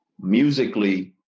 musically